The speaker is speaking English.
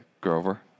Grover